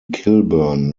kilburn